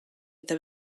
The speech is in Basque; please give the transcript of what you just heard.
eta